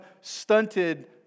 stunted